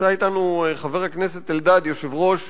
נמצא אתנו חבר הכנסת אלדד, יושב-ראש